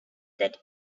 that